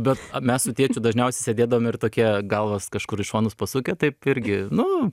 bet mes su tėčiu dažniausiai sėdėdavom ir tokie galvas kažkur į šonus pasukę taip irgi nu